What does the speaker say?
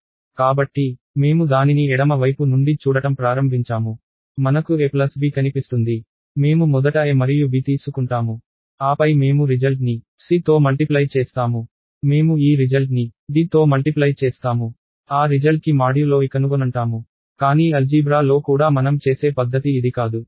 కాబట్టి మేము దానిని ఎడమ వైపు నుండి చూడటం ప్రారంభించాము మనకు a b కనిపిస్తుంది మేము మొదట a మరియు b తీసుకుంటాము ఆపై మేము రిజల్ట్ ని c తో మల్టిప్లై చేస్తాము మేము ఈ రిజల్ట్ ని d తో మల్టిప్లై చేస్తాము ఆ రిజల్ట్ కి మాడ్యులో e కనుగొనంటాము కానీ అల్జీబ్రా లో కూడా మనం చేసే పద్ధతి ఇది కాదు